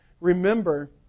remember